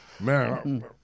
Man